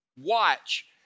watch